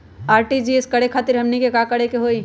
RTGS करे खातीर हमनी के का करे के हो ई?